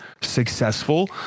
successful